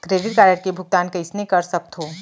Credit card के भुगतान कईसने कर सकथो?